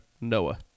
Noah